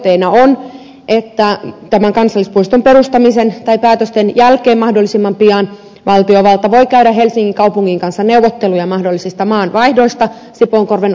tavoitteena on että kansallispuiston perustamisen tai päätösten jälkeen mahdollisimman pian valtiovalta voi käydä helsingin kaupungin kanssa neuvotteluja mahdollisista maanvaihdoista sipoonkorven osalta